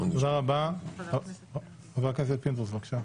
נשמע עכשיו את חבר הכנסת מרגי.